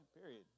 period